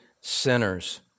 sinners